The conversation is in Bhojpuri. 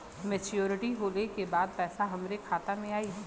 मैच्योरिटी होले के बाद पैसा हमरे खाता में आई?